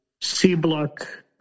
C-block